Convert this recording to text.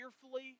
fearfully